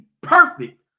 perfect